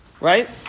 right